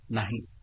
ठीक आहे